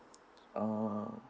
uh